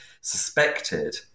suspected